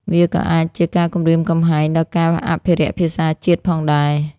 វាក៏អាចជាការគំរាមកំហែងដល់ការអភិរក្សភាសាជាតិផងដែរ។